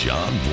John